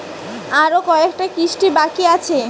আরো কয়টা কিস্তি বাকি আছে?